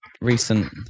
recent